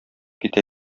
китә